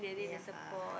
yea